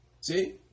See